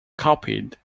copied